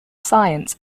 science